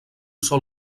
sol